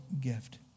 gift